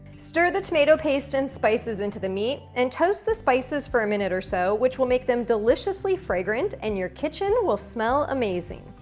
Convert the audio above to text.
stir the tomato paste and spices into the meat, and toast the spices for a minute or so, which will make them deliciously fragrant, and your kitchen will smell amazing.